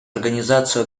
организацию